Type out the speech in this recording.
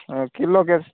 ଏ kilo କେତେ